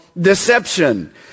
deception